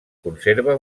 conserva